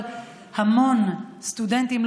אבל המון סטודנטים,